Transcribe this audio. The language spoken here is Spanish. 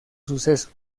suceso